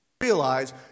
realize